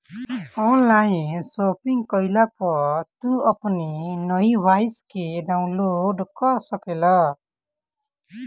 online shopping कईला पअ तू अपनी इनवॉइस के डाउनलोड कअ सकेला